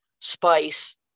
spice